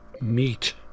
Meat